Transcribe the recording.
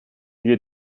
wir